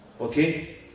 okay